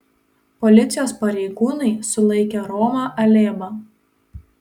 policijos pareigūnai sulaikė romą alėbą